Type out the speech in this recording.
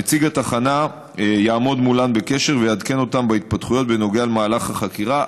נציג התחנה יעמוד מולן בקשר ויעדכן אותן בהתפתחויות בנוגע למהלך החקירה,